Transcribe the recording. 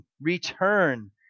return